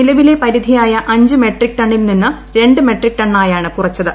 നിലവിലെ പരിധിയായ അഞ്ച് മെട്രിക് ടണ്ണിൽ നിന്ന് രണ്ട് മെട്രിക് ടണ്ണായാണ് കുറച്ചത്